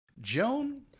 Joan